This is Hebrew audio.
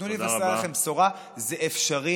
ותנו לי לבשר לכם בשורה: זה אפשרי.